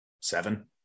seven